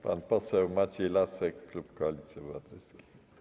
Pan poseł Maciej Lasek, klub Koalicji Obywatelskiej.